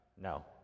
No